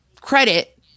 credit